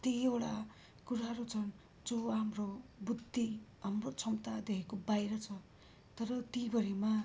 कतिवटा कुराहरू छन् जो हाम्रो बुद्धि हाम्रो क्षमतादेखिको बाहिर छ तर ती भरिमा